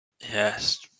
Yes